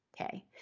Okay